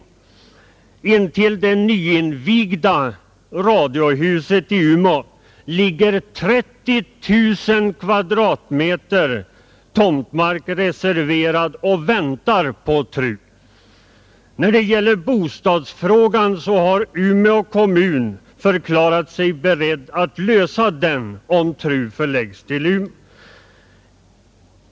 Men intill det nyinvigda radiohuset i Umeå ligger 30 000 m? mark reserverat och väntar på TRU. När det gäller bostadsfrågan har Umeå kommun förklarat sig beredd att lösa den, om TRU förlägges till Umeå.